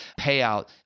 payout